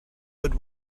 but